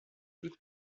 toute